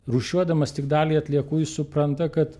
rūšiuodamas tik dalį atliekų jis supranta kad